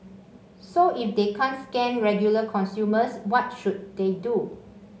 so if they can't scam regular consumers what should they do